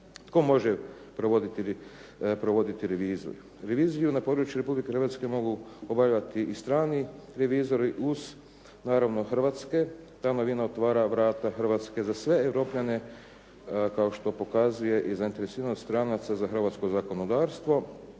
Tko može provoditi reviziju? Reviziju na području Republike Hrvatske mogu obavljati i strani revizori uz naravno hrvatske. Tamo …/Govornik se ne razumije./… otvara Hrvatske za sve Europljane kao što pokazuje i zainteresiranost stranaca za hrvatsko zakonodavstvo